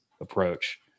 approach